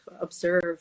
observe